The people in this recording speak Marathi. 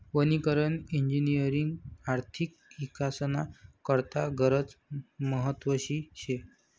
वनीकरण इजिनिअरिंगनी आर्थिक इकासना करता गनच महत्वनी शे